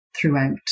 throughout